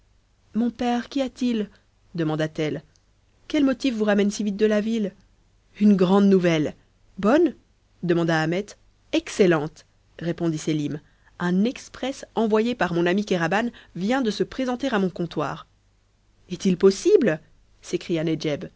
mon père qu'y a-t-il demanda-t-elle quel motif vous ramène si vite de la ville une grande nouvelle bonne demanda ahmet excellente répondit sélim un exprès envoyé par mon ami kéraban vient de se présenter à mon comptoir est-il possible s'écria